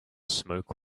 smoke